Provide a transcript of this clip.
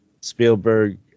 spielberg